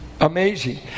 Amazing